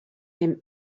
him